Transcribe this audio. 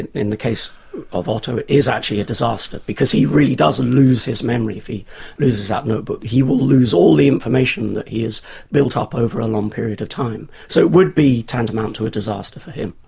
and in the case of otto, it is actually a disaster, because he really does and lose his memory if he loses that notebook. he will lose all the information that he has built up over a long period of time. so it would be tantamount to a disaster for him.